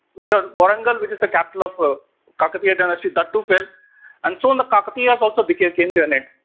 warangal which is the capital of ah kakatiya dynasty that too fell and so the kakatiyas also became came to an end.